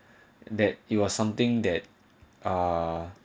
that you're something that ah